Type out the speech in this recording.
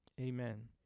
amen